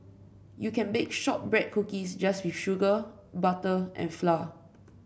you can bake shortbread cookies just with sugar butter and flour